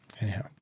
anyhow